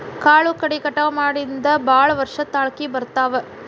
ಕಾಳು ಕಡಿ ಕಟಾವ ಮಾಡಿಂದ ಭಾಳ ವರ್ಷ ತಾಳಕಿ ಬರ್ತಾವ